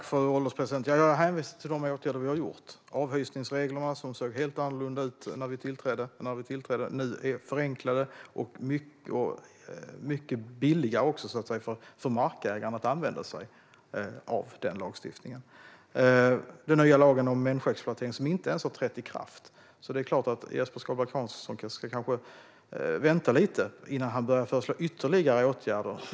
Fru ålderspresident! Jag hänvisar till de åtgärder vi har gjort. Avhysningsreglerna, som såg helt annorlunda ut när vi tillträdde, är nu förenklade. Det är också mycket billigare för markägaren att använda sig av den lagstiftningen. Den nya lagen om människoexploatering har inte ens trätt i kraft, så Jesper Skalberg Karlsson kanske ska vänta lite innan han börjar föreslå ytterligare åtgärder.